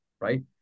right